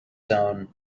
stone